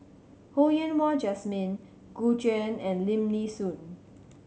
Ho Yen Wah Jesmine Gu Juan and Lim Nee Soon